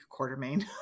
Quartermain